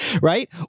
right